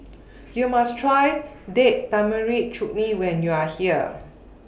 YOU must Try Date Tamarind Chutney when YOU Are here